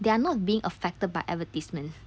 they are not being affected by advertisements